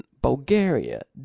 Bulgaria